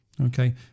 Okay